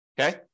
okay